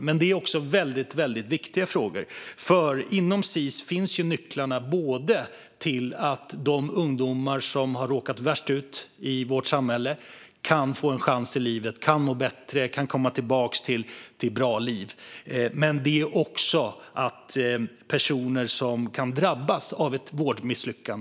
Men det är också väldigt viktiga frågor, för inom Sis finns nycklarna till att de ungdomar som har råkat värst ut i vårt samhälle kan få en chans, kan må bättre och kan komma tillbaka till bra liv, men också risken att personer kan drabbas av ett vårdmisslyckande.